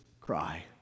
cry